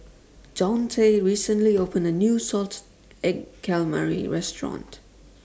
Daunte recently opened A New Salted Egg Calamari Restaurant